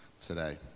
today